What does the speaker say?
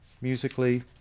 musically